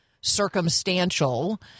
circumstantial